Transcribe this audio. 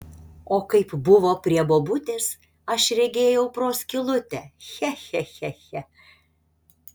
o kaip buvo prie bobutės aš regėjau pro skylutę che che che che